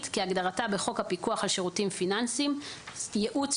כהגדרתה בחוק הפיקוח על שירותים פיננסיים (ייעוץ,